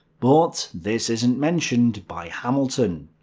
but this isn't mentioned by hamilton.